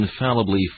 infallibly